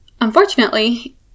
Unfortunately